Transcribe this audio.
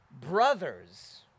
brothers